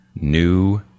new